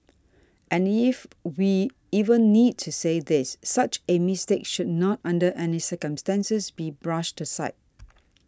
and as if we even need to say this such a mistake should not under any circumstances be brushed aside